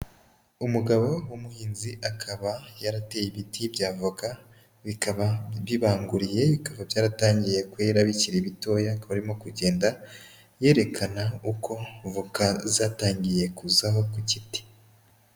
Umugabo w'umuhinzi akaba yarateye ibiti bya avoka, bikaba bibanguriye, bikaba byaratangiye kwera bikiri bitoya, akaba arimo kugenda yerekana uko voka zatangiye kuzaho ku giti.